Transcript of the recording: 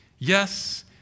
Yes